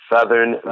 Southern